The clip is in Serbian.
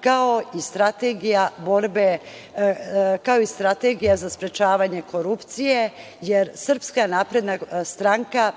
kao i strategija za sprečavanje korupcije, jer SNS